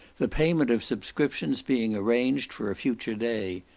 the payment of subscriptions being arranged for a future day.